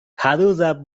هنوزم